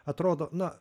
atrodo na